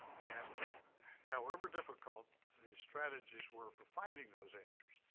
and however difficult the strategies were for finding those answers,